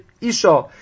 Isha